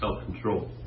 self-control